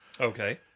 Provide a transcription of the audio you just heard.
Okay